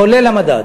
כולל המדד.